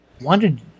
wanted